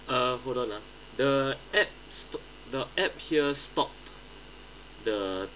uh hold on ah the app st~ the app here stop the